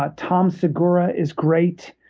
ah tom segura is great.